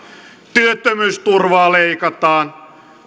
työttömyysturvaa leikataan